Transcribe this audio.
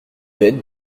bête